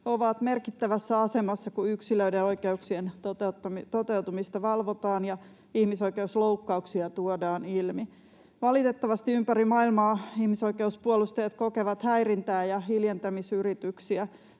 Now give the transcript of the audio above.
ovat merkittävässä asemassa, kun yksilöiden oikeuksien toteutumista valvotaan ja ihmisoikeusloukkauksia tuodaan ilmi. Valitettavasti ympäri maailmaa ihmisoikeuspuolustajat kokevat häirintää ja hiljentämisyrityksiä.